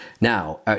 Now